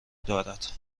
دارد